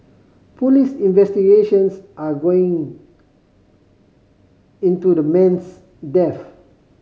police investigations are going into the man's death